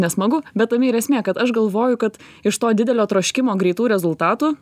nesmagu bet tame ir esmė kad aš galvoju kad iš to didelio troškimo greitų rezultatų